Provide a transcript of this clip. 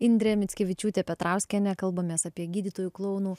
indrė mickevičiūtė petrauskienė kalbamės apie gydytojų klounų